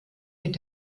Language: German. mit